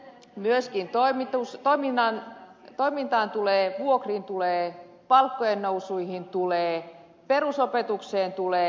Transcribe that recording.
myöskin toimintaan tulee vuokriin tulee palkkojen nousuihin tulee perusopetukseen tulee